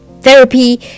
therapy